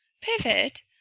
pivot